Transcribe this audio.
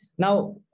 Now